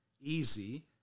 easy